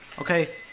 okay